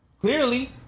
Clearly